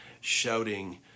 shouting